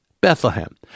Bethlehem